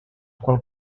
qual